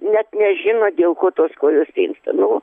net nežino dėl ko tos kojos tinsta nu